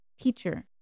Teacher